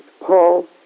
Paul